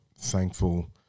thankful